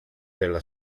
della